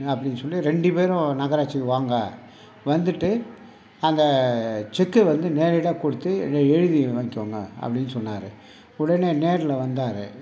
அப்படீனு சொல்லி ரெண்டு பேரும் நகராட்சிக்கு வாங்க வந்துவிட்டு அந்த செக்கை வந்து நேரடியாக கொடுத்து எழுதி வாங்கிக்கோங்க அப்படீனு சொன்னார் உடனே நேரில் வந்தார்